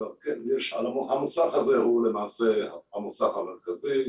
המוסך הזה הוא למעשה המוסך המרכזי,